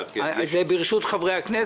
זה ברשות חברי הכנסת.